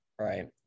right